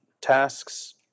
tasks